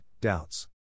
doubts